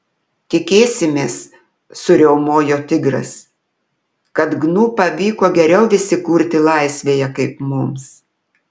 tikėsimės suriaumojo tigras kad gnu pavyko geriau įsikurti laisvėje kaip mums